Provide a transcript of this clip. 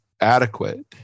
adequate